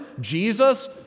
jesus